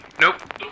nope